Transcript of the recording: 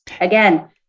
again